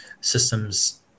systems